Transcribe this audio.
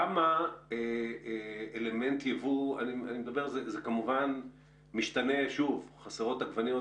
כמה אלמנט יבוא זה כמובן משתנה כאשר אם חסרות עגבניות,